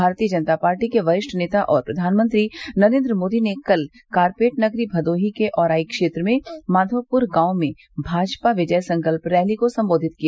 भारतीय जनता पार्टी के वरिष्ठ नेता और प्रधानमंत्री नरेन्द्र मोदी ने कल कारपेट नगरी भदोही के औराई क्षेत्र के माधौप्र गांव में भाजपा विजय संकल्प रैली को सम्बोधित किया